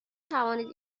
توانید